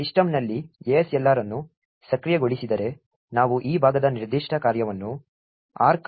ಆದ್ದರಿಂದ ಸಿಸ್ಟಂನಲ್ಲಿ ASLR ಅನ್ನು ಸಕ್ರಿಯಗೊಳಿಸಿದರೆ ನಾವು ಈ ಭಾಗದ ನಿರ್ದಿಷ್ಟ ಕಾರ್ಯವನ್ನು arch randomize break ಅನ್ನು ಕರೆಯುತ್ತೇವೆ